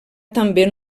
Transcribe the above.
també